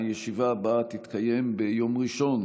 הישיבה הבאה תתקיים ביום ראשון,